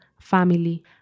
family